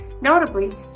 Notably